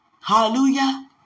Hallelujah